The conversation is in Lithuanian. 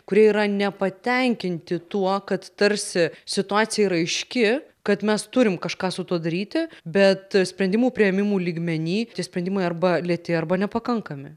kurie yra nepatenkinti tuo kad tarsi situacija yra aiški kad mes turim kažką su tuo daryti bet sprendimų priėmimų lygmeny tie sprendimai arba lėti arba nepakankami